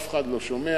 אף אחד לא שומע,